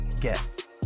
get